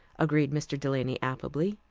agreed mr. delany affably.